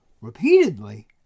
repeatedly